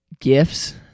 gifts